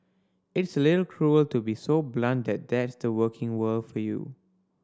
it's a little cruel to be so blunt that that's the working world for you